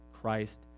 Christ